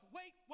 wait